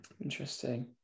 Interesting